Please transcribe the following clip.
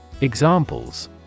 Examples